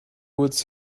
would